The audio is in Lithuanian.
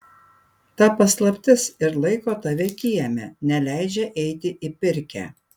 ta paslaptis ir laiko tave kieme neleidžia eiti į pirkią